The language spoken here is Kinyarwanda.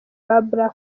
babla